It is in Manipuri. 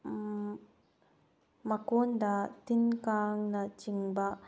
ꯃꯀꯣꯟꯗ ꯇꯤꯟ ꯀꯥꯡꯅ ꯆꯤꯡꯕ